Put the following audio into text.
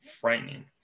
frightening